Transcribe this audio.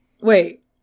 wait